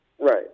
Right